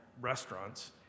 restaurants